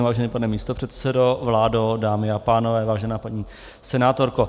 Vážený pane místopředsedo, vládo, dámy a pánové, vážená paní senátorko.